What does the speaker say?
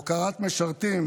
והוקרת משרתים,